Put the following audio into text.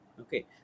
Okay